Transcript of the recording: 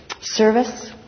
service